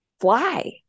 fly